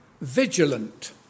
vigilant